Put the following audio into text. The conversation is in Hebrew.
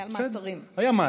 היו מעצרים.